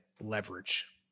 leverage